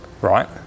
right